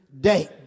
day